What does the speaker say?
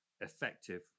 effective